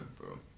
bro